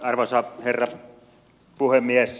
arvoisa herra puhemies